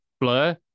Blur